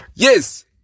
Yes